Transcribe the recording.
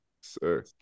Sir